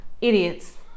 idiots